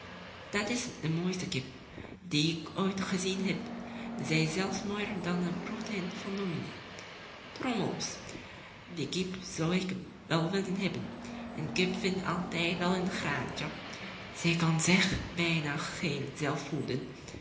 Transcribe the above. dat is de mooiste kip die ik ooit gezien heb zij is zelfs mooier dan de broedhen van dominee drommels die kip zou ik wel willen hebben een kip vindt altijd wel een graantje zij kan zich bijna geheel zelf